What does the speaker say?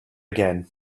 again